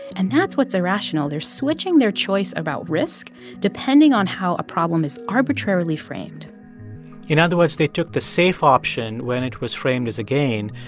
and that's what's irrational. they're switching their choice about risk depending on how a problem is arbitrarily framed in other words, they took the safe option when it was framed as a gain.